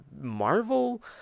Marvel